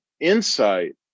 insight